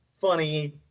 funny